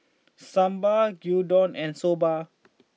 Sambar Gyudon and Soba